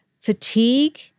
fatigue